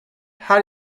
her